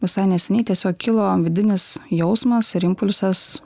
visai neseniai tiesiog kilo vidinis jausmas ir impulsas